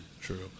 True